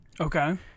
Okay